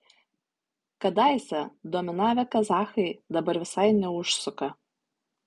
kadaise dominavę kazachai dabar visai neužsuka